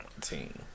team